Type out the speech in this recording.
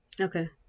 okay